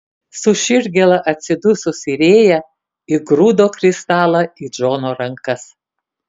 su širdgėla atsidususi rėja įgrūdo kristalą į džono rankas